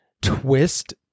twist